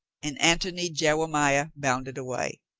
and antony jewemiah bounded away.